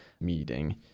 meeting